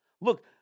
Look